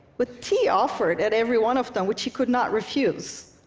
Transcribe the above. with tea offered at every one of them, which he could not refuse,